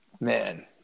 Man